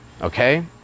Okay